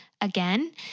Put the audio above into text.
again